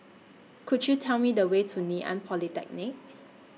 Could YOU Tell Me The Way to Ngee Ann Polytechnic